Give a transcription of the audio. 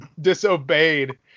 disobeyed